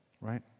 right